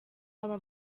aba